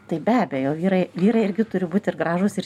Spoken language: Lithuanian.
tai be abejo vyrai vyrai irgi turi būt ir gražūs ir